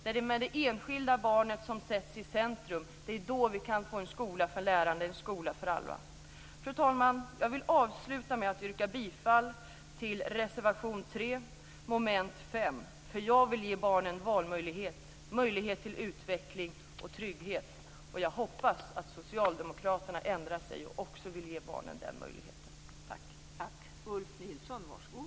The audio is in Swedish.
Det är när det enskilda barnet sätts i centrum som vi kan få en skola för lärande, en skola för alla. Fru talman! Jag vill avsluta med att yrka bifall till reservation 3 under mom. 5, för jag vill ge barnen valmöjlighet, möjlighet till utveckling och trygghet. Och jag hoppas att socialdemokraterna ändrar sig och också vill ge barnen den möjligheten.